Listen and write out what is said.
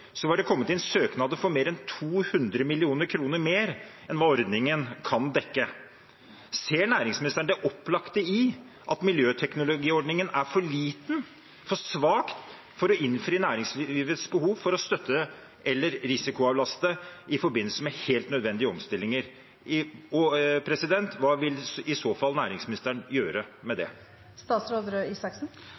var det kommet inn søknader for mer enn 200 mill. kr mer enn hva ordningen kan dekke. Ser næringsministeren det opplagte i at miljøteknologiordningen er for liten og for svak til å innfri næringslivets behov for å støtte, eller risikoavlaste, i forbindelse med helt nødvendige omstillinger? Hva vil i så fall næringsministeren gjøre med